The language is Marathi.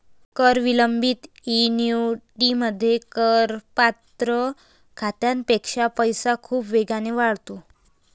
कर विलंबित ऍन्युइटीमध्ये, करपात्र खात्यापेक्षा पैसा खूप वेगाने वाढतो